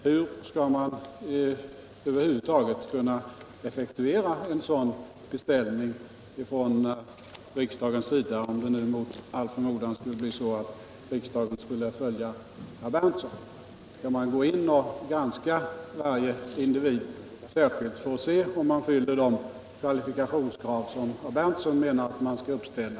Hur skall man över huvud taget kunna effektuera en sådan beställning från riksdagens sida, om riksdagen mot all förmodan skulle följa herr Berndtsons förslag? Skulle man då granska varje individ särskilt för att se om han uppfyller de kvalifikationskrav som herr Berndtson menar att man skall uppställa?